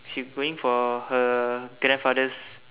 she going for her grandfather's